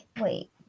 wait